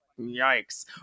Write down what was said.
yikes